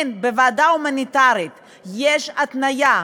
בוועדה ההומניטרית יש התניה,